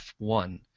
F1